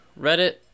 Reddit